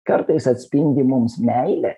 kartais atspindi mums meilę